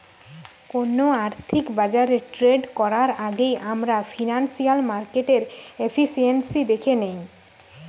কোনো আর্থিক বাজারে ট্রেড করার আগেই আমরা ফিনান্সিয়াল মার্কেটের এফিসিয়েন্সি দ্যাখে নেয়